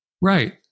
Right